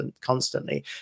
constantly